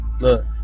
Look